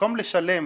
שבמקום שנלך